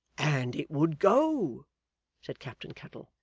and it would go said captain cuttle,